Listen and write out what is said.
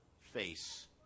face